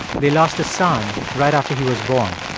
they lost a son right after he was born.